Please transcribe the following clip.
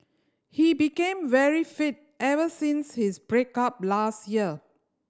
he became very fit ever since his break up last year